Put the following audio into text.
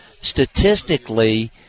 statistically